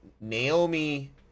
Naomi